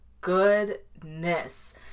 goodness